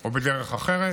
או בדרך אחרת,